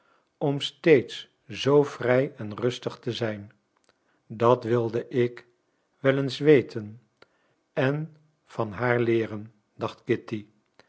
om steeds zoo vrij en rustig te zijn dat wilde ik wel eens weten en van haar leeren dacht kitty